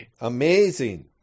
amazing